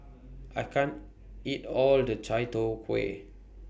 I can't eat All of The Chai Tow Kway